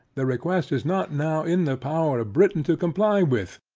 the request is not now in the power of britain to comply with,